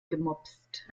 gemopst